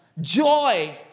joy